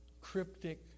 cryptic